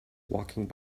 walking